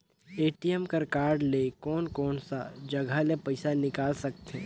ATM card ले कोन कोन सा जगह ले पइसा निकाल सकथे?